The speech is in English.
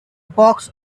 pox